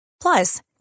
Plus